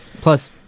Plus